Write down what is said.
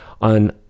on